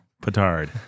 petard